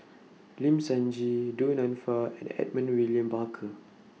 Lim Sun Gee Du Nanfa and Edmund William Barker